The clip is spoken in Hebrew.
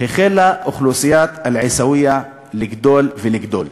החלה אוכלוסיית אל-עיסאוויה לגדול ולגדול.